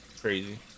crazy